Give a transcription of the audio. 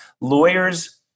Lawyers